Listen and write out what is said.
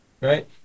right